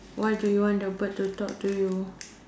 what do you want the bird to talk to you